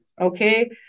Okay